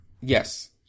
Yes